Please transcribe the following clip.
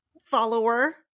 follower